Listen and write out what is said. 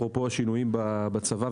אפרופו השינויים בצבא,